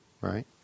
right